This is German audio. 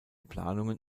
planungen